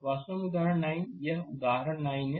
तो यह वास्तव में उदाहरण 9 है यह उदाहरण 9 है